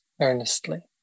earnestly